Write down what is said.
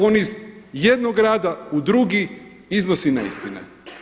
On iz jednog rada u drugi iznosi neistine.